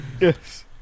Yes